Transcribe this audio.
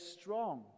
strong